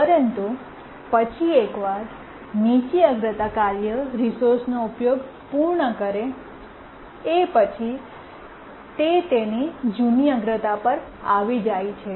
પરંતુ પછી એકવાર નીચી અગ્રતા કાર્ય રિસોર્સનો ઉપયોગ પૂર્ણ કરે તે એ પછી તેની જૂની અગ્રતા પર આવી જાય છે